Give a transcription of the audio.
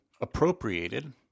appropriated